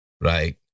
right